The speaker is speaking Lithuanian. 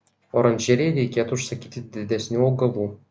oranžerijai reikėtų užsakyti didesnių augalų